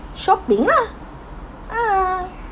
shopping lah ah